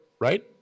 right